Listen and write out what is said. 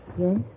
Yes